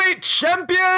champion